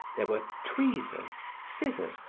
there were tweezers, scissors,